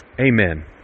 Amen